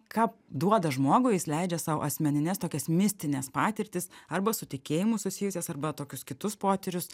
ką duoda žmogui jis leidžia sau asmenines tokias mistines patirtis arba su tikėjimu susijusias arba tokius kitus potyrius